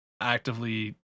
actively